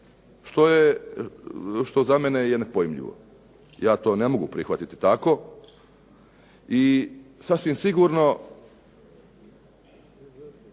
što za mene je nepojmljivo. Ja to ne mogu prihvatiti tako i sasvim sigurno,